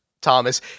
Thomas